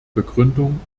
begründung